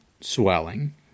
swelling